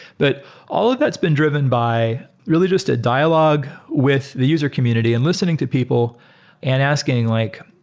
but all ah that's been driven by really just a dialogue with the user community and listening to people and asking like,